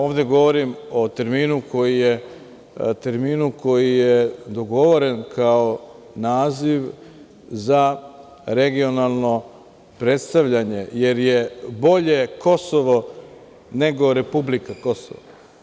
Ovde govorim o terminu koji je dogovoren kao naziv za regionalno predstavljanje, jer je bolje Kosovo nego „republika Kosovo“